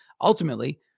ultimately